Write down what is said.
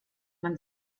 man